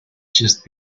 just